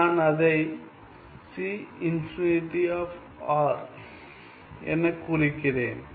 நான் அதை எனக் குறிக்கிறேன்